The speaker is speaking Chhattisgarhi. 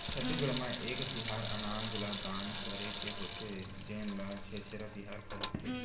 छत्तीसगढ़ म एक तिहार अनाज ल दान करे के होथे जेन ल छेरछेरा तिहार कहिथे